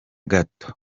gato